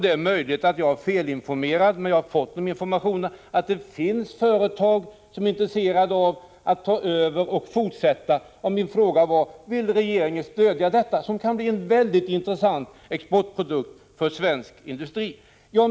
Det är möjligt att jag är felunderrättad, men jag har fått information om att det finns företag som är intresserade av att ta över och fortsätta detta projekt. Vill regeringen stödja utvecklingen av sådana här aggregat, som kan bli mycket intressanta exportprodukter för svensk industri?